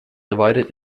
divided